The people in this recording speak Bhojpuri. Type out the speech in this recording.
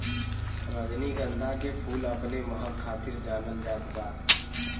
रजनीगंधा के फूल अपने महक खातिर जानल जात बा